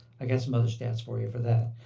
i got some other stats for you for that,